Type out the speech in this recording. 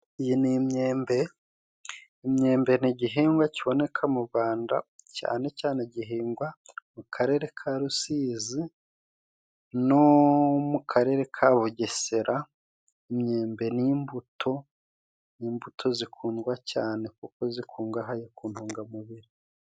Iyi ni imyembe. Imyembe ni igihingwa kiboneka mu Rwanda cyane cyane gihingwa mu karere ka Rusizi no mu karere ka Bugesera. Imyembe ni imbuto ni imbuto zikundwa cyane kuko zikungahaye ku ntungamubiri.